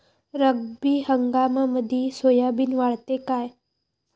रब्बी हंगामामंदी सोयाबीन वाढते काय?